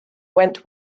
went